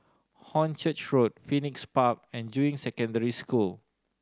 Hornchurch Road Phoenix Park and Juying Secondary School